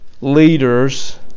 leaders